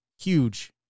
huge